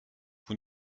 vous